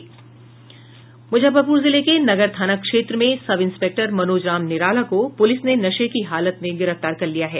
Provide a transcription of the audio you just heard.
मुजफ्फरपुर जिले के नगर थाना क्षेत्र में सब इंस्पेक्टर मनोज राम निराला को पुलिस ने नशे की हालत में गिरफ्तार कर लिया है